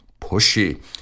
pushy